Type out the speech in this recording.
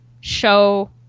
show